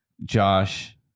Josh